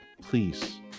please